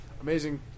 Amazing